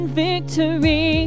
victory